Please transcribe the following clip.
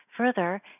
Further